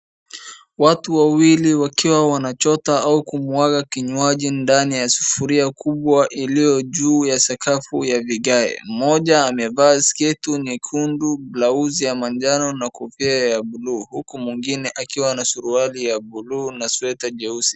Watu wawili wakiwa wanachota au kumwaga kinywaji ndani ya sufuria kubwa iliyo juu ya sakafu ya vigaye. Mmoja ameva sketu nyekendu , blausi ya majano , na kofia ya bluu huku mwingine akiwa na suruali ya bluu na sweta jeusi.